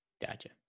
Gotcha